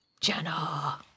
Jenna